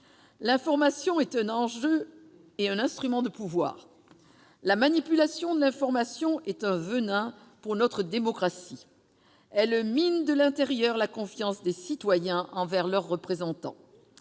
L'information est un enjeu et un instrument de pouvoir. Sa manipulation est un venin pour notre démocratie : elle mine de l'intérieur la confiance des citoyens envers leurs représentants.